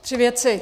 Tři věci.